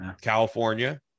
california